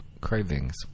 cravings